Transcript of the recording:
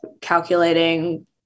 calculating